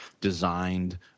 designed